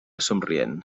somrient